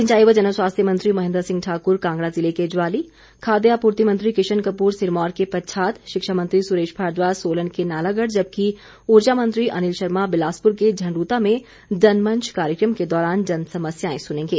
सिंचाई व जनस्वास्थ्य मंत्री महेन्द्र सिंह ठाक्र कांगड़ा जिले के ज्वाली खाद्य आपूर्ति मंत्री किशन कपूर सिरमौर के पच्छाद शिक्षा मंत्री सुरेश भारद्वाज सोलन के नालागढ़ जबकि उर्जा मंत्री अनिल शर्मा बिलासपुर के झंडुता में जनमंच कार्यकम के दौरान जनसमस्याएं सुनेंगे